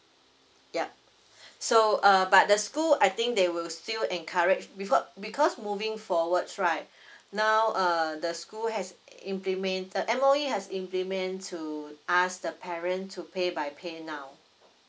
yup so uh but the school I think they will still encourage before because moving forwards right now err the school has implemented M_O_E has implement to ask the parent to pay by paynow